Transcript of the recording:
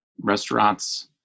restaurants